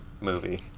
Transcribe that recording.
movie